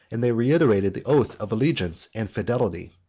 and they reiterated the oath of allegiance and fidelity.